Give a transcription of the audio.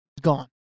gone